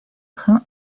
train